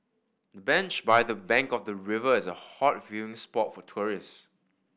the bench by the bank of the river is a hot viewing spot for tourists